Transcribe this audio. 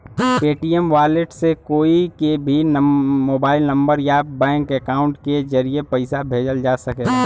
Paytm wallet से कोई के भी मोबाइल नंबर या बैंक अकाउंट के जरिए पइसा भेजल जा सकला